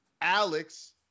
Alex